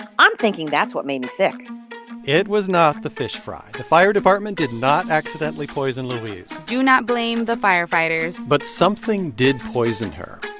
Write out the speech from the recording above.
i'm thinking that's what made me sick it was not the fish fry. the fire department did not accidentally poison louise do not blame the firefighters but something did poison her,